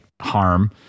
harm